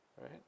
right